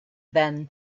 than